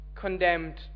condemned